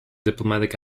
diplomatic